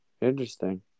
Interesting